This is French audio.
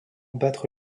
battre